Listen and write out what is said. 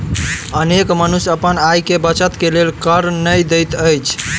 अनेक मनुष्य अपन आय के बचत के लेल कर नै दैत अछि